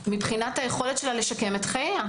מחילה על הבוטות - מבחינת יכולתה לשקם את חייה.